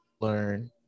learn